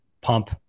Pump